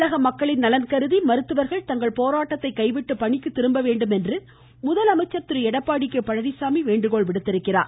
தமிழக மக்களின் நலன்கருதி மருத்துவர்கள் தங்கள் போராட்டத்தைக் கைவிட்டு பணிக்கு திரும்ப வேண்டும் என்று முதலமைச்சர் திரு எடப்பாடி கே பழனிச்சாமி வேண்டுகோள் விடுத்துள்ளார்